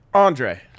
Andre